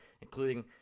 including